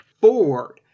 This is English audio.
forward